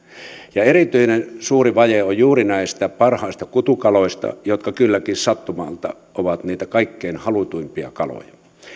ja erityisen suuri vaje on juuri näistä parhaista kutukaloista jotka kylläkin sattumalta ovat niitä kaikkein halutuimpia kaloja